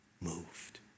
moved